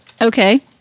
Okay